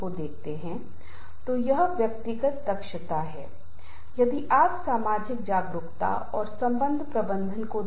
एक यह है कि उचित संचार प्रभावी संचार और दूसरी बात यह है कि समूह के सदस्यों के बीच अच्छे संबंध होने चाहिए